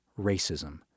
racism